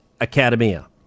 academia